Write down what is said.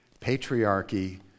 Patriarchy